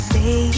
Say